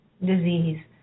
disease